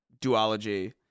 duology